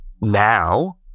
Now